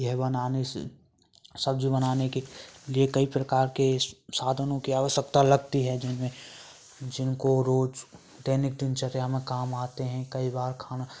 यह बनाने से सब्जी बनाने के लिए कई प्रकार के स साधनों की आवश्यकता लगती है जिनमें जिनको रोज दैनिक दिनचर्या में काम आते हैं कई बार खाना